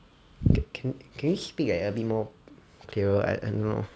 can can can you speak like a bit more clearer I don't know